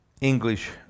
English